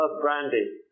brandy